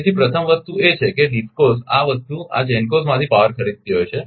તેથી પ્રથમ વસ્તુ એ છે કે DISCOs આ વસ્તુ આ GENCOs માંથી પાવર ખરીદતી હોય છે